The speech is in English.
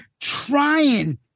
trying